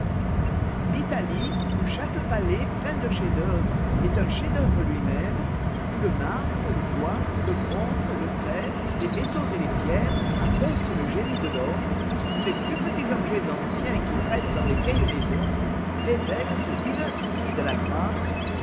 l'italie où chaque palais plein de chefsd'œuvre est un chef-d'œuvre lui-même où le marbre le bois le bronze le fer les métaux et les pierres attestent le génie de l'homme où les plus petits objets anciens qui traînent dans les vieilles maisons révèlent ce diin souci de la grâce